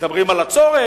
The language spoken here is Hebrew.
מדברים על הצורך,